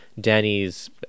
Danny's